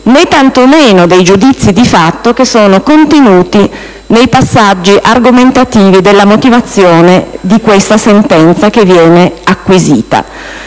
né tanto meno dei giudizi di fatto contenuti nei passaggi argomentativi della motivazione della sentenza che viene acquisita.